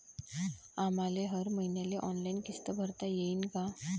आम्हाले हर मईन्याले ऑनलाईन किस्त भरता येईन का?